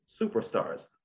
superstars